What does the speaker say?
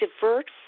divert